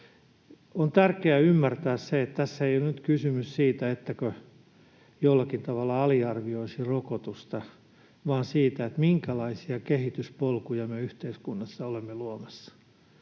On tärkeää ymmärtää se, että tässä ei ole nyt kysymys siitä, ettäkö jollakin tavalla aliarvioisi rokotusta, vaan siitä, minkälaisia kehityspolkuja me yhteiskunnassa olemme luomassa.